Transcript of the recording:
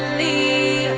the